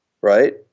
right